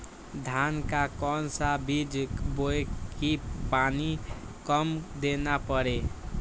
धान का कौन सा बीज बोय की पानी कम देना परे?